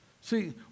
See